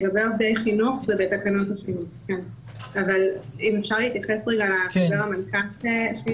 לגבי עובדי חינוך זה בתקנות --- אפשר להתייחס לחוזר המנכ"ל?